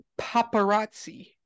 paparazzi